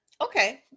Okay